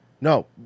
No